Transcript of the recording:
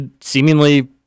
seemingly